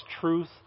truth